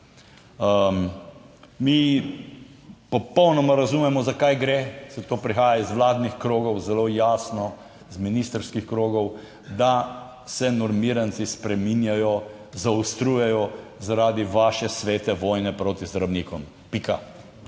Mi popolnoma razumemo, za kaj gre, saj to prihaja iz vladnih krogov zelo jasno, iz ministrskih krogov, da se normiranci spreminjajo, zaostrujejo zaradi vaše svete vojne proti zdravnikom, pika.